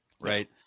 right